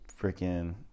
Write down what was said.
freaking